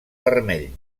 vermell